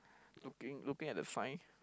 looking looking at the sign